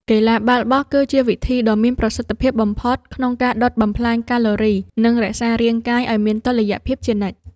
កីឡាបាល់បោះ គឺជាវិធីដ៏មានប្រសិទ្ធភាពបំផុតក្នុងការដុតបំផ្លាញកាឡូរី និងរក្សារាងកាយឱ្យមានតុល្យភាពជានិច្ច។